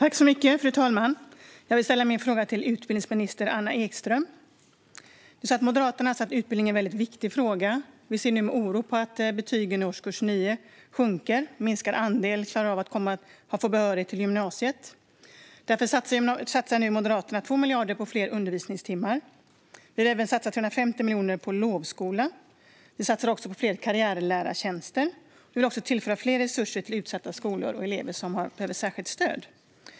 Fru talman! Jag vill ställa min fråga till utbildningsminister Anna Ekström. För Moderaterna är utbildning en viktig fråga. Vi ser med oro på att betygen i årskurs 9 sjunker och att en minskande andel elever får behörighet till gymnasiet. Därför satsar Moderaterna nu 2 miljarder på fler undervisningstimmar. Vi satsar 350 miljoner på lovskola. Vi satsar på fler karriärlärartjänster. Vi vill tillföra mer resurser till utsatta skolor och elever som behöver särskilt stöd.